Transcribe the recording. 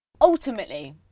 Ultimately